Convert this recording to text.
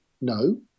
No